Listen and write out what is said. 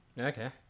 Okay